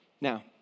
Now